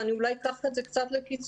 ואני אולי אקח את זה קצת לקיצוניות,